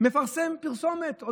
מפרסם פרסומת?